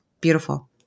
beautiful